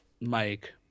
Mike